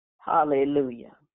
Hallelujah